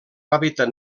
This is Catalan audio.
hàbitat